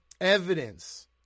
Evidence